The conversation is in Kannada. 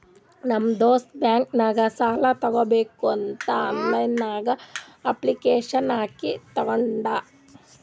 ನಮ್ ದೋಸ್ತ್ ಬ್ಯಾಂಕ್ ನಾಗ್ ಸಾಲ ತಗೋಬೇಕಂತ್ ಆನ್ಲೈನ್ ನಾಗೆ ಅಪ್ಲಿಕೇಶನ್ ಹಾಕಿ ತಗೊಂಡ್